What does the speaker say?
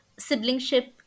siblingship